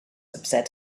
upset